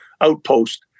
outpost